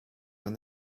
when